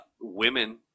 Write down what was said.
women